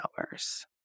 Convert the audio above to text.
hours